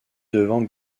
devant